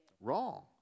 Wrong